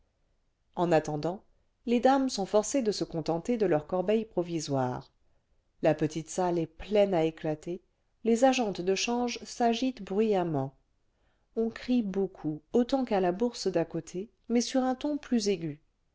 en attendant les dames sont forcées de se contenter de leur corbeille provisoire la petite salle est pleine à éclater les agentes cle change s'agitent bruyamment on crie beaucoup autant qu'à la bourse d'à côté mais sur un ton plus aigu